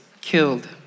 killed